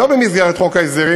שאינה במסגרת חוק ההסדרים,